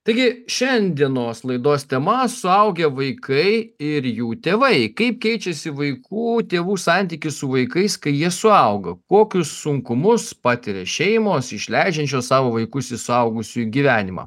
taigi šiandienos laidos tema suaugę vaikai ir jų tėvai kaip keičiasi vaikų tėvų santykis su vaikais kai jie suauga kokius sunkumus patiria šeimos išleidžiančios savo vaikus į suaugusiųjų gyvenimą